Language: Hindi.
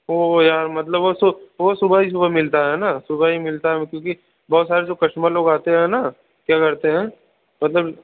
ओह यार मतलब वह सुबह ही सुबह मिलता है ना सुबह ही मिलता है मतलब कि बहुत सारे जो कस्टमर लोग आते हैं ना क्या करते हैं मतलब